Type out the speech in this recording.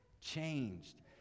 changed